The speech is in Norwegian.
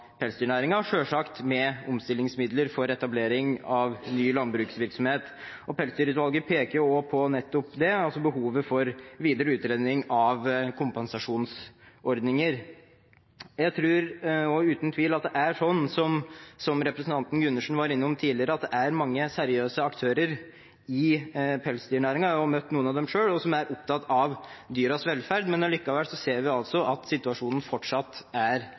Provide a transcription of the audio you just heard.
med omstillingsmidler for etablering av ny landbruksvirksomhet. Pelsdyrutvalget peker også på nettopp det, altså behovet for videre utredning av kompensasjonsordninger. Jeg tror også uten tvil at det er sånn som representanten Gundersen var innom tidligere, at det er mange seriøse aktører i pelsdyrnæringen – jeg har møtt noen av dem selv – som er opptatt av dyrenes velferd. Men likevel ser vi altså at situasjonen fortsatt er